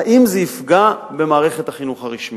האם זה יפגע במערכת החינוך הרשמית.